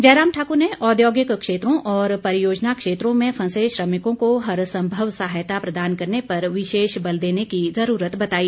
जयराम ठाक्र ने औद्योगिक क्षेत्रों और परियोजना क्षेत्रों में फंसे श्रमिकों को हर संभव सहायता प्रदान करने पर विशेष बल देने की जरूरत बताई